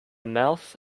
mouth